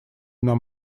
нам